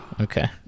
Okay